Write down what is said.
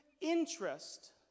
interest